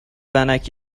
ونک